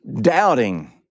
doubting